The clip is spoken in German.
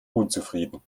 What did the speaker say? unzufrieden